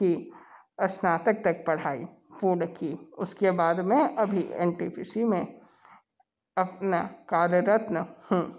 की स्नातक तक पढ़ाई पूर्ण की उसके बाद में अभी एन टी पी सी में अपना कार्यरत हूँ